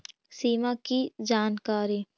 सिमा कि जानकारी?